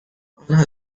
آنها